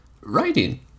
writing